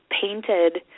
painted